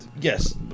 yes